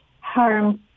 harm